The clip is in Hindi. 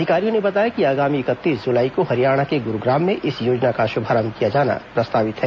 अधिकारियों ने बताया कि आगामी इक्कीस जुलाई को हरियाणा के गुरूग्राम में इस योजना का शुभारंभ किया जाना प्रस्तावित है